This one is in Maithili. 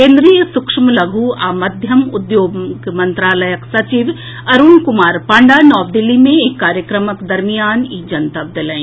केंद्रीय सूक्ष्म लघ्र आ मध्यम उद्यम मंत्रालयक सचिव अरूण कुमार पांडा नव दिल्ली मे एक कार्यक्रमक दरमियान इ जनतब देलनि